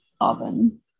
oven